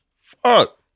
Fuck